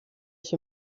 ich